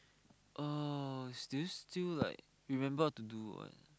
oh do you still like remember how to do one